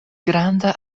granda